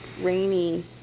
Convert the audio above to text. rainy